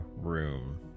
room